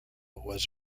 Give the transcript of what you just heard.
was